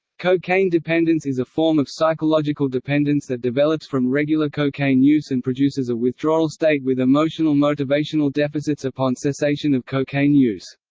cocaine dependence is a form of psychological dependence that develops from regular cocaine use and produces a withdrawal state with um emotional-motivational deficits upon cessation of cocaine use.